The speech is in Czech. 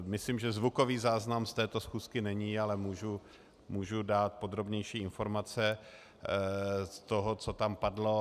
Myslím, že zvukový záznam z této schůzky není, ale můžu dát podrobnější informace z toho, co tam padlo.